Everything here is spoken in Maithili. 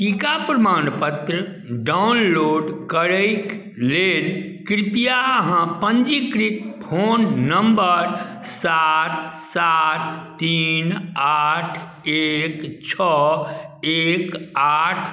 टीका प्रमाणपत्र डाउनलोड करैकऽ लेल कृपया अहाँ पञ्जीकृत फोन नम्बर सात सात तीन आठ एक छओ एक आठ